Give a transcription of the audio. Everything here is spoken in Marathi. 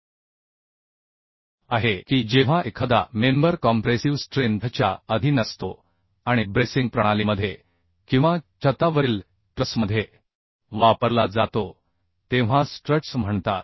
आपल्या ला माहित आहे की जेव्हा एखादा मेंबर कॉम्प्रेसिव स्ट्रेंथ च्या अधीन असतो आणि ब्रेसिंग प्रणालीमध्ये किंवा छतावरील ट्रसमध्ये वापरला जातो तेव्हा स्ट्रट् म्हणतात